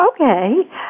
Okay